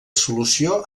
solució